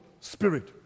Spirit